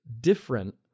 different